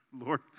Lord